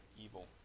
evil